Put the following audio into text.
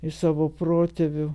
iš savo protėvių